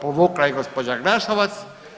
Povukla je gospođa Glasovac.